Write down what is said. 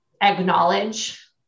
acknowledge